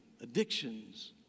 Addictions